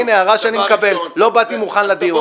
הנה, הערה שאני מקבל לא באתי מוכן לדיון.